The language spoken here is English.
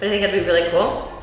think it'll be really cool.